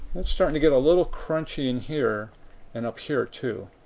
it's starting to get a little crunchy in here and up here too.